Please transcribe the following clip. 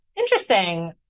interesting